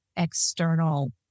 external